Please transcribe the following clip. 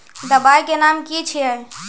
दबाई के नाम की छिए?